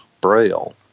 Braille